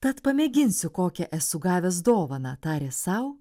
tad pamėginsiu kokią esu gavęs dovaną tarė sau